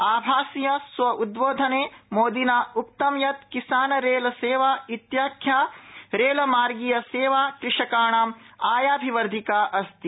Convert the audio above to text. आभासीय स्वोद्वोधने श्रीमोदिना उक्तं यत् किसान रेल सेवा इत्याख्या रेलमार्गीया सेवा कृषकाणाम् आयाभिवर्धिका अस्ति